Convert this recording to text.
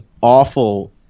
awful